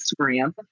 Instagram